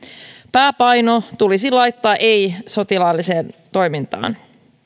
pääpaino tulisi laittaa ei sotilaalliseen toimintaan